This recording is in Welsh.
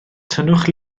tynnwch